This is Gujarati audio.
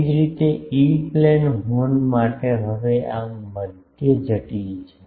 એ જ રીતે ઇ પ્લેન હોર્ન માટે હવે આ મધ્ય જટિલ છે